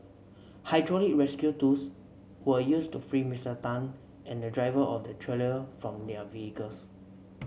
hydraulic rescue tools were used to free Mister Tan and the driver of the trailer from their vehicles